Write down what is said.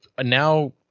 now